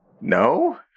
no